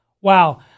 Wow